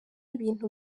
ibintu